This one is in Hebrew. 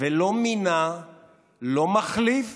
ולא מינה לא מחליף